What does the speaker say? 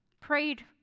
prayed